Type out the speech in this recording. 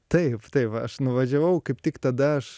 taip taip aš nuvažiavau kaip tik tada aš